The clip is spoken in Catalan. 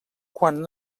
quan